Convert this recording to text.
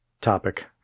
topic